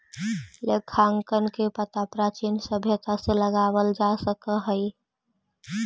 लेखांकन के पता प्राचीन सभ्यता से लगावल जा सकऽ हई